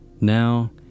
Now